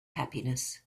happiness